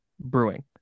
Brewing